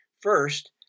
First